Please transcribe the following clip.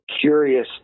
curious